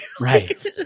right